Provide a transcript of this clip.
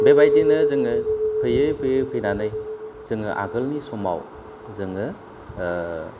बेबायदिनो जोङो फैयै फैयै फैनानै जोङो आगोलनि समाव जोङो